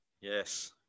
Yes